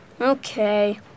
okay